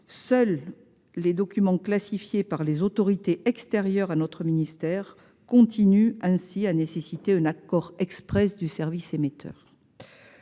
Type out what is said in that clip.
Seuls les documents classifiés par des autorités extérieures au ministère continuent ainsi à nécessiter un accord exprès du service émetteur.